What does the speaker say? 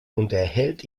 unterhält